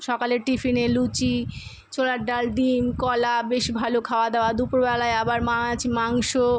সকালে টিফিনে লুচি ছোলার ডাল ডিম কলা বেশ ভালো খাওয়াদাওয়া দুপুরবেলায় আবার মাছ মাংস